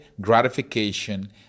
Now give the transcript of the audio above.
gratification